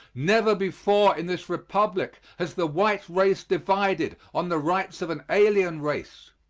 never before in this republic has the white race divided on the rights of an alien race.